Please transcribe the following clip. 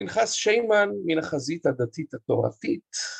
‫פנחס שיינמן, מן החזית הדתית התורתית.